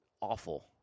awful